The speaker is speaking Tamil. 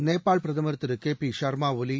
நேபாள் பிரதமர் திரு கே பி ஷர்மா ஒல்பி